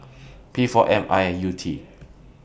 P four M I U T